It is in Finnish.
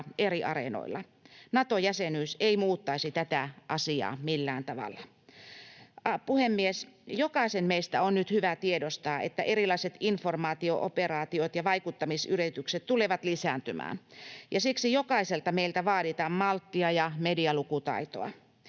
eri areenoilla. Nato-jäsenyys ei muuttaisi tätä asiaa millään tavalla. Puhemies! Jokaisen meistä on nyt hyvä tiedostaa, että erilaiset informaatio-operaatiot ja vaikuttamisyritykset tulevat lisääntymään, ja siksi jokaiselta meiltä vaaditaan malttia ja medialukutaitoa.